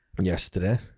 Yesterday